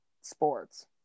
sports